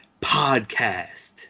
Podcast